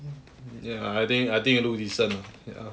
ya I think I think you look decent ya